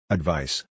Advice